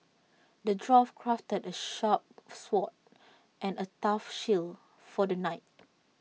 the dwarf crafted A sharp sword and A tough shield for the knight